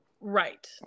right